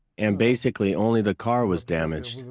and basically only the car was damaged.